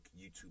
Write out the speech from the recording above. YouTube